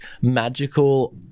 magical